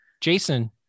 Jason